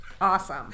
Awesome